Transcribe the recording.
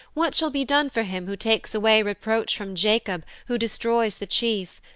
what shall be done for him who takes away reproach from jacob, who destroys the chief.